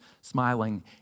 smiling